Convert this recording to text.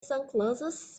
sunglasses